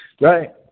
Right